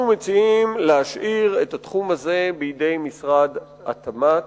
אנחנו מציעים להשאיר את התחום הזה בידי משרד התמ"ת,